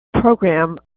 program